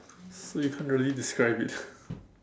so you can't really describe it